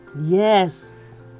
Yes